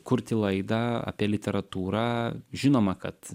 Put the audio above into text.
kurti laidą apie literatūrą žinoma kad